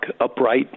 upright